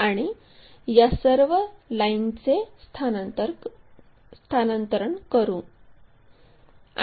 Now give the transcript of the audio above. आणि या सर्व लाईनचे स्थानांतरण करू